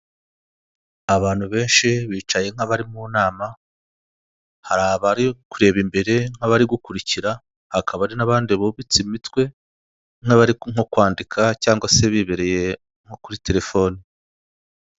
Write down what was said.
Icyapa cyamamaza inzoga ya AMSTEL, hariho icupa ry'AMSTEL ripfundikiye, hakaba hariho n'ikirahure cyasutswemo inzoga ya AMSTEL, munsi yaho hari imodoka ikindi kandi hejuru yaho cyangwa k'uruhande rwaho hari inzu. Ushobora kwibaza ngo AMSTEL ni iki? AMSTEL ni ubwoko bw'inzoga busembuye ikundwa n'abanyarwanada benshi, abantu benshi bakunda inzoga cyangwa banywa inzoga zisembuye, bakunda kwifatira AMSTEL.